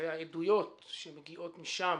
והעדויות שמגיעות משם